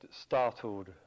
startled